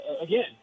Again